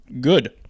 good